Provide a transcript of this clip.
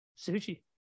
sushi